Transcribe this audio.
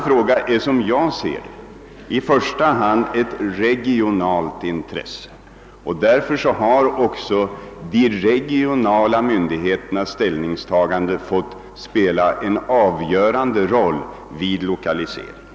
Frågan är, enligt min mening, i första hand regional och därför har också de regionala myndigheternas ställningstaganden fått spela en avgörande roll vid lokaliseringen.